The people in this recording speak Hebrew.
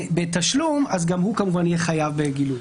בתשלום גם הוא כמובן יהיה חייב בגילוי.